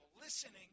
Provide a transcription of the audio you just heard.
Listening